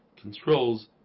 controls